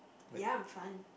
ya I'm fun